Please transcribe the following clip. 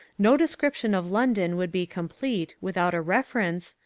no description of london would be complete without a reference,